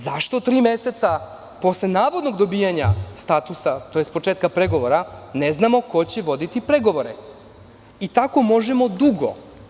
Zašto tri meseca posle navodnog dobijanja statusa, tj. početka pregovora ne znamo ko će voditi pregovore i tako možemo dugo?